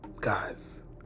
Guys